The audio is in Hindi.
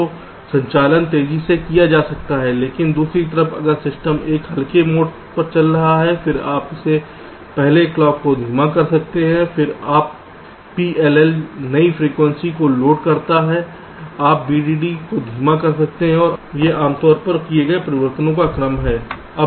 तो संचालन तेजी से किया जा सकता है लेकिन दूसरी तरफ अगर सिस्टम एक हल्के लोड पर चल रहा है फिर आप पहले क्लॉक को धीमा कर सकते हैं फिर जब PLL नई फ्रीक्वेंसी को लॉक करता है तो आप VDD को धीमा कर सकते हैं यह आमतौर पर किए गए परिवर्तनों का क्रम है ठीक है